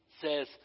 says